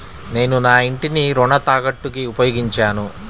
నేను నా ఇంటిని రుణ తాకట్టుకి ఉపయోగించాను